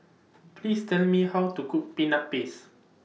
Please Tell Me How to Cook Peanut Paste